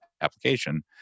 application